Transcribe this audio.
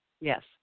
Yes